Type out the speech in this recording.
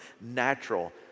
natural